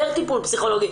פסיכולוגי?